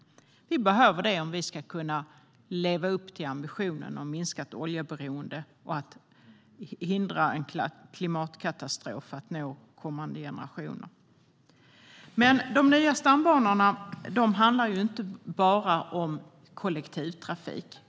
Det är vad vi behöver om vi ska kunna leva upp till ambitionen om minskat oljeberoende och förhindra en klimatkatastrof för kommande generationer. Men de nya stambanorna ska inte bara vara till för kollektivtrafik.